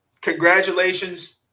Congratulations